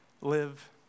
live